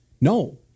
No